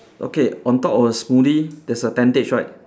okay on top of the smoothie there's a tentage right